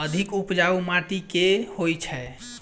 अधिक उपजाउ माटि केँ होइ छै?